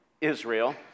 Israel